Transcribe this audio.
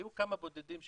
היו כמה בודדים שהקימו,